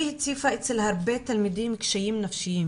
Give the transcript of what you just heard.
היא הציפה אצל הרבה תלמידים קשיים נפשיים